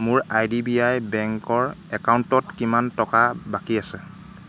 মোৰ I D B I বেংকৰ একাউণ্টত আৰু কিমান টকা বাকী আছে